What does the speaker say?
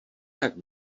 tak